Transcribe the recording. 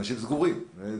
אנשים סגורים.